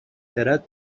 خرد